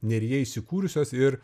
neryje įsikūrusios ir